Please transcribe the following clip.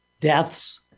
deaths